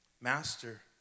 Master